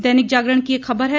दैनिक जागरण की एक खबर है